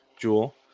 Jewel